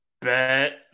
bet